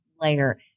layer